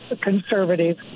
conservative